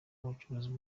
icuruzwa